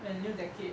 and new decade